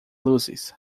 luzes